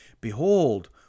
Behold